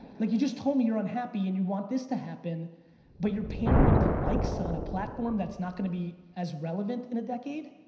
like you just told me you're unhappy and you want this to happen but you're pandering to likes on a platform that's not gonna be as relevant in a decade?